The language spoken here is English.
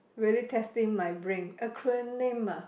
really testing my brain acronym ah